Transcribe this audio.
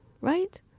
right